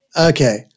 Okay